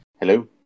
Hello